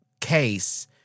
case